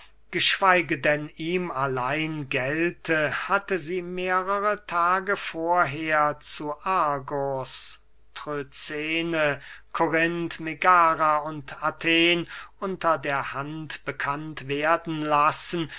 geschweige denn ihm allein gelte hatte sie mehrere tage vorher zu argos trözene korinth megara und athen unter der hand bekannt werden lassen